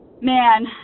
Man